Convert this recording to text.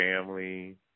family